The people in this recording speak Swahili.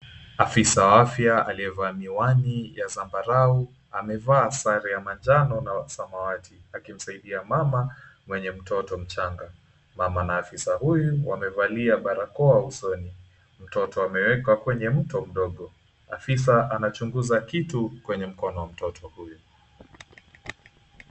Afisa wa afya aliyevaa miwani ya zambarau, amevaa sare ya manjano na samawati, akimsaidia mama mwenye mtoto mchanga. Mama na afisa huyu wamevalia barakoa usoni, mtoto amewekwa kwenye mto mdogo. Afisa anachunguza kitu kwenye mkono wa mtoto huyu.